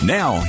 now